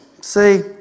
see